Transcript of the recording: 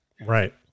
Right